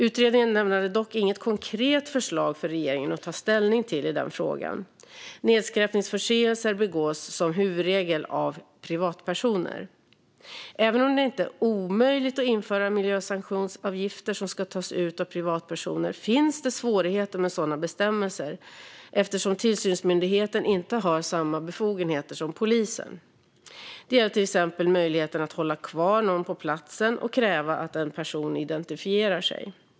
Utredningen lämnade dock inget konkret förslag för regeringen att ta ställning till i den frågan. Nedskräpningsförseelser begås som huvudregel av privatpersoner. Även om det inte är omöjligt att införa miljösanktionsavgifter som ska tas ut av privatpersoner finns det svårigheter med sådana bestämmelser eftersom tillsynsmyndigheten inte har samma befogenheter som poliser. Det gäller till exempel möjligheten att hålla kvar någon på platsen och kräva att en person identifierar sig.